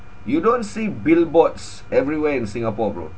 you don't see billboards everywhere in singapore bro